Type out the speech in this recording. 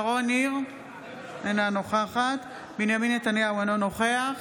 אינה נוכחת בנימין נתניהו, אינו נוכח